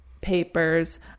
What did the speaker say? papers